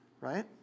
right